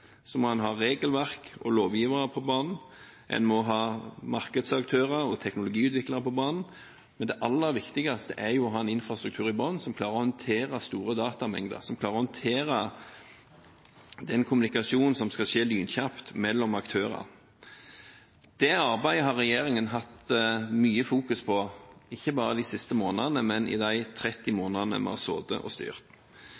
må en ha regelverk og lovgivere på banen, en må ha markedsaktører og teknologiutviklere på banen, men det aller viktigste er å ha en infrastruktur i bunnen som klarer å håndtere store datamengder, som klarer å håndtere den kommunikasjonen som skal skje lynkjapt mellom aktører. Dette arbeidet har regjeringen hatt mye fokus på ikke bare de siste månedene, men i de 30